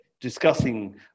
discussing